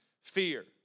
fear